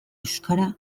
euskara